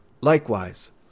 Likewise